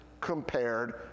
COMPARED